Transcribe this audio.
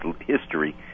history